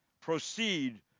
proceed